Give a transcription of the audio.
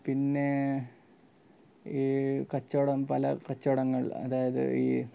പിന്നെ ഈ കച്ചവടം പല കച്ചവടങ്ങൾ അതായത് ഈ